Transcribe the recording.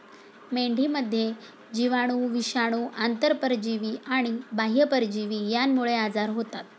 मेंढीमध्ये जीवाणू, विषाणू, आंतरपरजीवी आणि बाह्य परजीवी यांमुळे आजार होतात